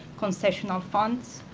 concessional funds.